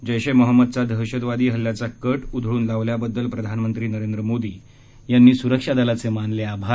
जेश ए मोहम्मद चा दहशतवादी हल्ल्याचा कट उधळून लावल्याबद्दल प्रधानमंत्री नरेंद्र मोदी यांनी सुरक्षादलाचे मानले आभार